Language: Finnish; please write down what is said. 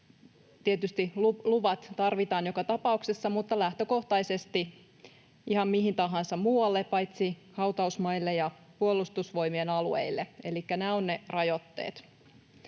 tietysti luvat tarvitaan joka tapauksessa, mutta lähtökohtaisesti ihan mihin tahansa muualle paitsi hautausmaille ja Puolustusvoimien alueille, elikkä nämä ovat ne rajoitteet.